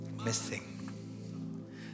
missing